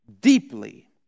deeply